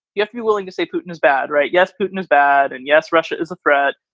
you have to be willing to say putin is bad, right? yes, putin is bad. and, yes, russia is a threat.